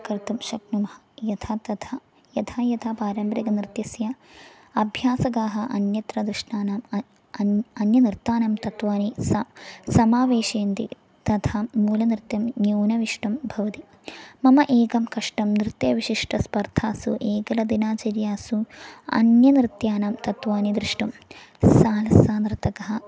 कर्तुं शक्नुमः यथा तथा यथा यथा पारम्परिकनृत्यस्य अभ्यासकाः अन्यत्र दृष्टानाम् अन्यः अन्यः अन्यनृत्तानां तत्वानि स समावेशयन्ति तथा मूलनृत्यं न्यूनविष्टं भवति मम एकं कष्टं नृत्यविशिष्टस्पर्धासु एकदिनचर्यासु अन्यनृत्यानां तत्वानि द्रष्टुं सालसा नृत्तकः